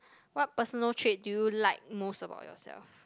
what personal trait do you like most about yourself